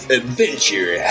adventure